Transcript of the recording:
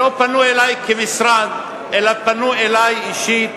לא פנו אלי כמשרד אלא פנו אלי אישית